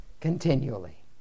Continually